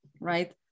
right